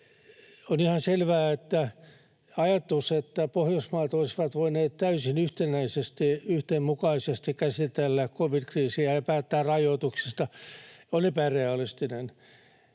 On ihan selvää, että ajatus, että Pohjoismaat olisivat voineet täysin yhtenäisesti ja yhdenmukaisesti käsitellä covid-kriisiä ja päättää rajoituksista, on epärealistinen.